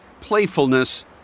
playfulness